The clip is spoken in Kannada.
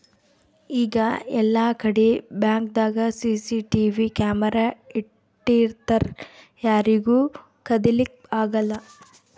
ಈಗ್ ಎಲ್ಲಾಕಡಿ ಬ್ಯಾಂಕ್ದಾಗ್ ಸಿಸಿಟಿವಿ ಕ್ಯಾಮರಾ ಇಟ್ಟಿರ್ತರ್ ಯಾರಿಗೂ ಕದಿಲಿಕ್ಕ್ ಆಗಲ್ಲ